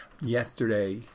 Yesterday